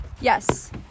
yes